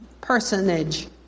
Personage